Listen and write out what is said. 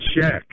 check